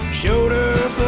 shoulder